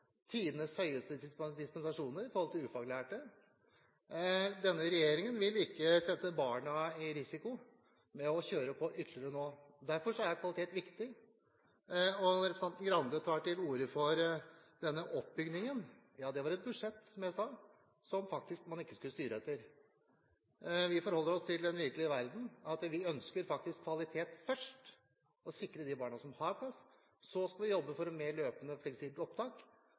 tidenes høyeste tall når det gjelder dispensasjoner for ufaglærte. Denne regjeringen vil ikke utsette barna for risiko ved å kjøre på ytterligere nå. Derfor er kvalitet viktig. Representanten Grande tar til orde for denne oppbyggingen. Ja, det var et budsjett, som jeg sa, som man faktisk ikke skulle styre etter. Vi forholder oss til den virkelige verden. Vi ønsker faktisk kvalitet først og å sikre de barna som har plass. Så skal vi jobbe for et mer løpende og fleksibelt opptak.